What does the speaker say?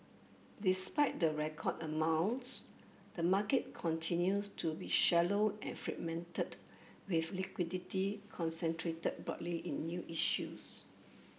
despite the record amounts the market continues to be shallow and fragmented with liquidity concentrated broadly in new issues